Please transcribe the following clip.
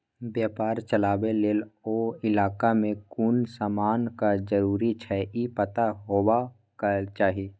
बेपार चलाबे लेल ओ इलाका में कुन समानक जरूरी छै ई पता हेबाक चाही